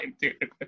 dude